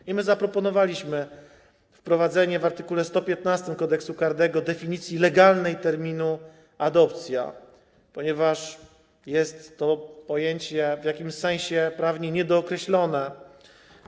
I my zaproponowaliśmy wprowadzenie w art. 115 Kodeksu karnego definicji legalnej terminu adopcja, ponieważ jest to pojęcie w jakimś sensie prawnie niedookreślone.